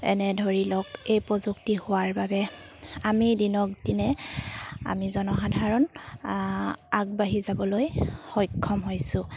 এনে ধৰি লওক এই প্ৰযুক্তি হোৱাৰ বাবে আমি দিনক দিনে আমি জনসাধাৰণ আগবাঢ়ি যাবলৈ সক্ষম হৈছোঁ